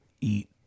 eat